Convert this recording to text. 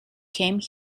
came